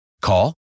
Call